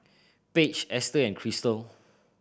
Paige Esther and Cristal